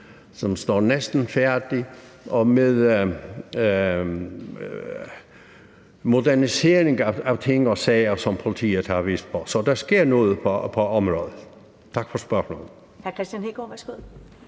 som står næsten færdig, og der sker en modernisering af ting og sager, som politiet tager sig af. Så der sker noget på området. Tak for spørgsmålet.